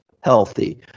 healthy